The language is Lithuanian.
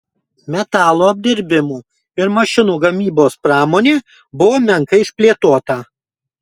metalo apdirbimo ir mašinų gamybos pramonė buvo menkai išplėtota